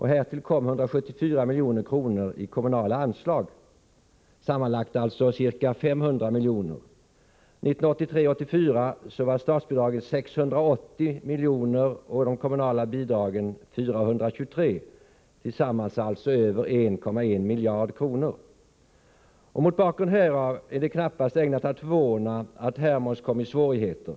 Härtill kom 174 milj.kr. i kommunala anslag, sammanlagt alltså ca 500 milj.kr. Mot bakgrund härav är det knappast ägnat att förvåna att Hermods kom i svårigheter.